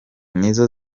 nizo